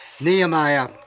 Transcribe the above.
Nehemiah